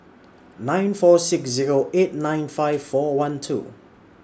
nine four six Zero eight nine five four one two